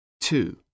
Two